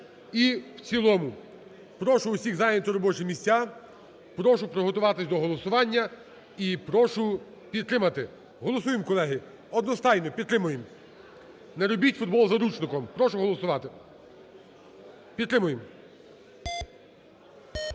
і в цілому. Прошу всіх зайняти робочі місця, прошу приготуватись до голосування і прошу підтримати. Голосуємо, колеги. Одностайно підтримуємо. Не робіть футбол заручником. Прошу голосувати. Підтримаємо.